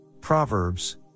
Proverbs